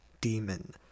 Demon